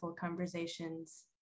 conversations